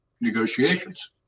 negotiations